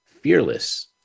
fearless